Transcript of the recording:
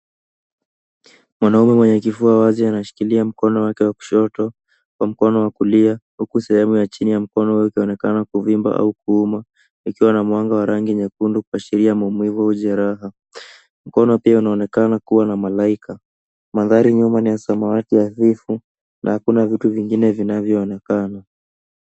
Mwanaume mwenye kifua wazi anashikilia mkono wake wa kushoto kwa mkono wa kulia, huku sehemu ya chini ya mkono ukionekana kuvimba au kuuma, ikiwa na mwanga wa rangi nyekundu kuashiria maumivu au jeraha. Mkono pia unaonekana kuwa na malaika. Mandhari nyuma ni ya samawati hafifu na hakuna vitu vingine vinavyoonekana.